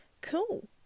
cool